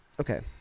Okay